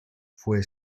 fue